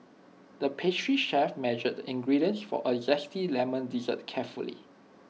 the pastry chef measured the ingredients for A Zesty Lemon Dessert carefully